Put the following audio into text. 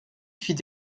fit